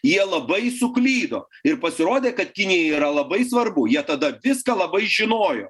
jie labai suklydo ir pasirodė kad kinijai yra labai svarbu jie tada viską labai žinojo